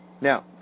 now